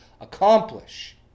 accomplish